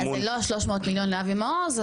זה לא ה-300 מיליון לאבי מעוז,